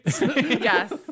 Yes